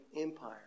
Empire